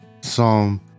Psalm